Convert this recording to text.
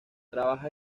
trabaja